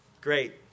great